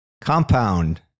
Compound